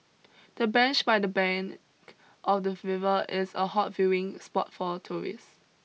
the bench by the bank of the river is a hot viewing spot for tourists